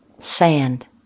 sand